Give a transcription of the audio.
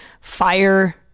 fire